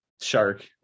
shark